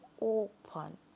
open